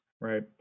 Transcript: Right